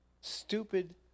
stupid